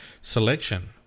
selection